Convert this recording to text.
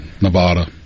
Nevada